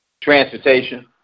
Transportation